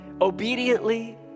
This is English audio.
obediently